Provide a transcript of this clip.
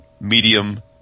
medium